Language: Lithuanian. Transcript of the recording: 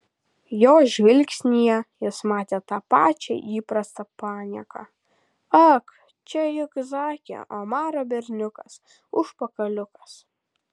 jo žvilgsnyje jis matė tą pačią įprastą panieką ak čia juk zaki omaro berniukas užpakaliukas